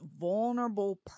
vulnerable